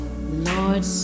Lord